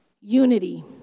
Unity